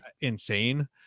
insane